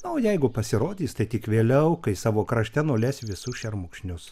o jeigu pasirodys tai tik vėliau kai savo krašte nules visus šermukšnius